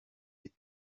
des